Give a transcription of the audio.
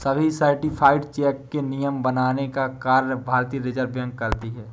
सभी certified cheque के नियम बनाने का कार्य भारतीय रिज़र्व बैंक करती है